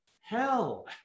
hell